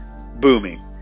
booming